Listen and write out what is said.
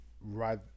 right